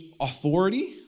authority